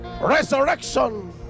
Resurrection